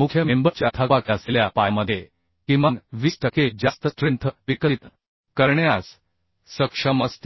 मुख्य मेंबर च्या थकबाकी असलेल्या पायामध्ये किमान 20 टक्के जास्त स्ट्रेंथ विकसित करण्यास सक्षम असतील